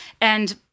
And-